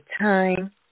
time